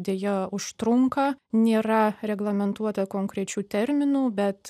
deja užtrunka nėra reglamentuota konkrečių terminų bet